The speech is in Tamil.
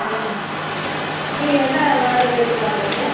ம் நீங்கள் என்ன வாடகை எதிர் பார்க்குறிங்க